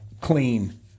clean